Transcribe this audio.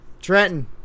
Trenton